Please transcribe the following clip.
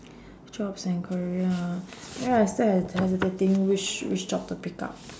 jobs and career you know I still h~ hesitating which which job to pick up